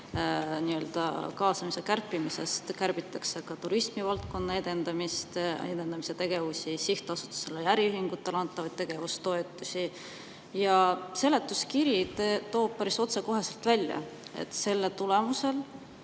kaasamise kärpimisele kärbitakse ka turismivaldkonna edendamise tegevusi, sihtasutustele ja äriühingutele antavaid tegevustoetusi. Ja seletuskiri toob päris otsekoheselt välja, et selle tulemusel